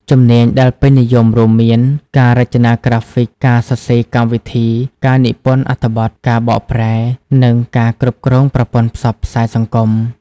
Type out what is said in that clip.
ជំនាញដែលពេញនិយមរួមមាន ការរចនាក្រាហ្វិក ការសរសេរកម្មវិធី ការនិពន្ធអត្ថបទ ការបកប្រែ និងការគ្រប់គ្រងប្រព័ន្ធផ្សព្វផ្សាយសង្គម។